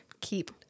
keep